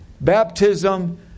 baptism